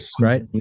right